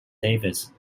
davis